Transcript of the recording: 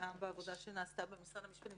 גאה בעבודה שנעשתה במשרד המשפטים.